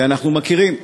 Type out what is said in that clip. ואנחנו מכירים,